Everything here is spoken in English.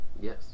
Yes